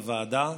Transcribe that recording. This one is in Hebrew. בוועדה,